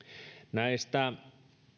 näistä